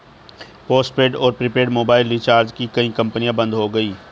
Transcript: postpaid और prepaid mobile recharge की कई कंपनियां बंद हो गई